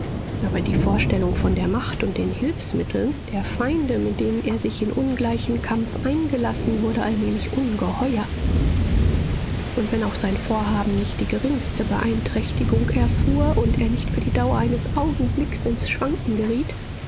aber die vorstellung von der macht und den hilfsmitteln der feinde mit denen er sich in ungleichen kampf eingelassen wurde allmählich ungeheuer und wenn auch sein vorhaben nicht die geringste beeinträchtigung erfuhr und er nicht für die dauer eines augenblicks ins schwanken geriet